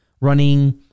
running